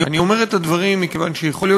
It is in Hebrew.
אני אומר את הדברים מכיוון שיכול להיות